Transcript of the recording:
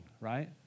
right